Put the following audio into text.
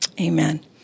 Amen